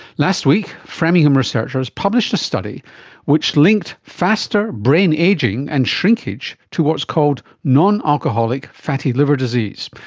last week, framingham researchers published a study which linked faster brain ageing and shrinkage to what's called non-alcoholic fatty liver disease.